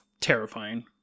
terrifying